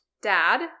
dad